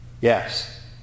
yes